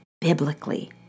biblically